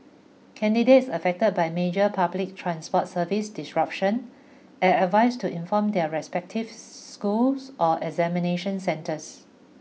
candidates affected by major public transport service disruption are advised to inform their respective schools or examination centres